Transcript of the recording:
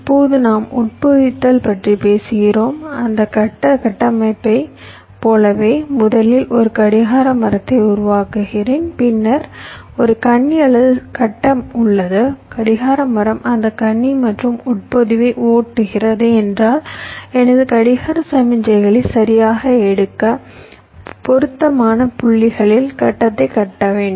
இப்போது நாம் உட்பொதித்தல் பற்றி பேசுகிறோம் அந்த கட்ட கட்டமைப்பைப் போலவே முதலில் ஒரு கடிகார மரத்தை உருவாக்குகிறேன் பின்னர் ஒரு கண்ணி அல்லது கட்டம் உள்ளது கடிகார மரம் அந்த கண்ணி மற்றும் உட்பொதிவை ஓட்டுகிறது என்றால் எனது கடிகார சமிக்ஞைகளை சரியாக எடுக்க பொருத்தமான புள்ளிகளில் கட்டத்தை தட்ட வேண்டும்